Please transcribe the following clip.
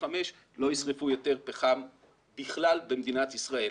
בכלל לא ישרפו יותר פחם במדינת ישראל.